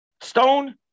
stone